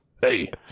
hey